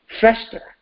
fester